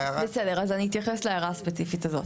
בסדר, אז אני אתייחס להערה הספציפית הזאת.